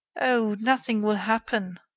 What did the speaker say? oh! nothing will happen.